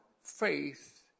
faith